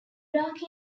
iraqi